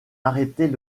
arrêter